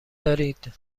دارید